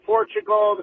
Portugal